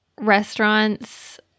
restaurants